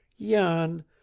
Jan